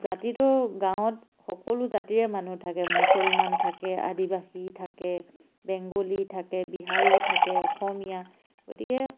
জাতিটো গাঁৱত সকলো জাতিৰে মানুহ থাকে মুছলমান থাকে আদিবাসী থাকে বেংগলী থাকে বিহাৰী থাকে অসমীয়া গতিকে